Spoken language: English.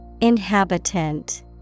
Inhabitant